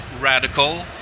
radical